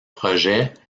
projet